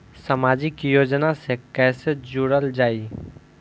समाजिक योजना से कैसे जुड़ल जाइ?